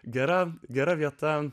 gera gera vieta